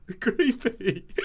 creepy